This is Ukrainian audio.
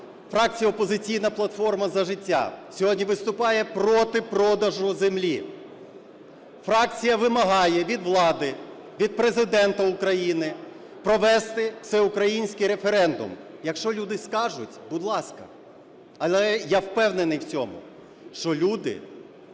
фракція "Опозиційна платформа – За життя" сьогодні виступає проти продажу землі. Фракція вимагає від влади, від Президента України провести всеукраїнський референдум. Якщо люди скажуть - будь ласка, але я впевнений в цьому, що люди